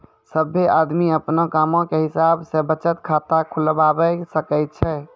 सभ्भे आदमी अपनो कामो के हिसाब से बचत खाता खुलबाबै सकै छै